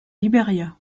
liberia